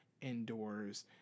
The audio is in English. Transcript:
indoors